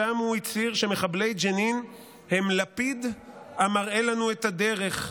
ושם הוא הצהיר שמחבלי ג'נין הם לפיד המראה לנו את הדרך.